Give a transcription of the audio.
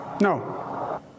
no